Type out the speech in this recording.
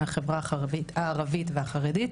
מהחברה החרדית והערבית,